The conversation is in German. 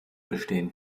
bestehen